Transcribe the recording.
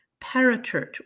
parachurch